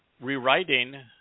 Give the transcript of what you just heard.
rewriting